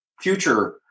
future